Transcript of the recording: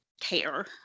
care